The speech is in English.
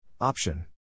Option